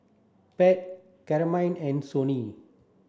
Pat Carmine and Sonny